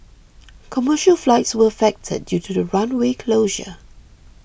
commercial flights were affected due to the runway closure